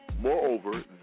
Moreover